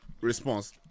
response